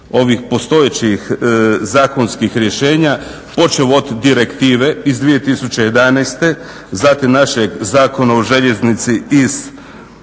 ovih postojećih zakonskih rješenja, počevši od Direktive iz 2011., zatim našeg Zakona o željeznici iz